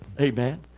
Amen